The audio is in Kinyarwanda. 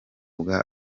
bwa